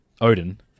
Odin